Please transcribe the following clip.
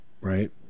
Right